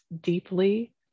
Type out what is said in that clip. deeply